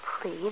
please